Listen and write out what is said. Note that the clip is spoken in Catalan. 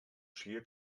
siga